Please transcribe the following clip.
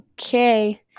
okay